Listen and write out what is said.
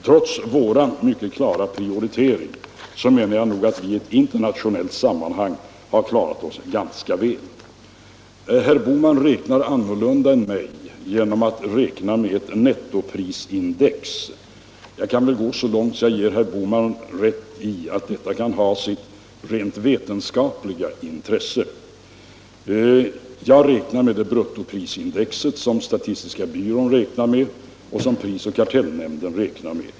Trots vår mycket bestämda prioritering anser jag att vi i ett internationellt sammanhang har klarat oss ganska väl. Herr Bohman räknar på ett annat sätt än jag — han räknar med nettoprisindex. Jag kan gå så långt att jag ger herr Bohman rätt i att detta kan ha sitt rent vetenskapliga intresse. Jag räknar med bruttoprisindex, såsom statistiska centralbyrån och prisoch kartellnämnden gör.